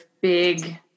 big